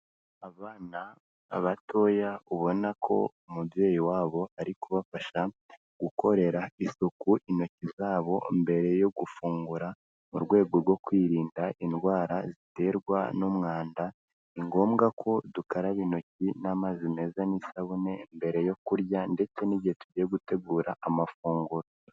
Abana batoya ubona ko umubyeyi wabo ari kubafasha gukorera isuku intoki zabo mbere yo gufungura mu rwego rwo kwirinda indwara ziterwa n'umwanda, ni ngombwa ko dukaraba intoki n'amazi meza n'isabune mbere yo kurya ndetse n'igihe tugiye gutegura amafunguro.